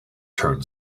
turn